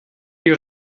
die